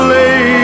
lay